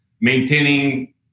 maintaining